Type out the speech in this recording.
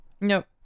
Nope